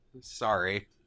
Sorry